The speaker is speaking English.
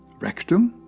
rectum,